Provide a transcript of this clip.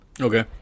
Okay